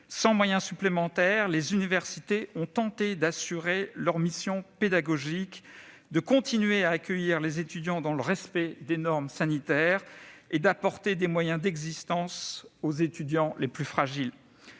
Sans moyens supplémentaires, les universités ont tenté d'assurer leurs missions pédagogiques, de continuer à accueillir les étudiants dans le respect des normes sanitaires et de fournir des moyens d'existence aux étudiants les plus fragiles.